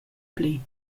pli